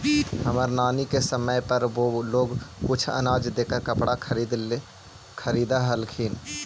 हमर नानी के समय पर वो लोग कुछ अनाज देकर कपड़ा खरीदअ हलथिन